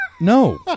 No